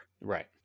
Right